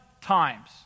times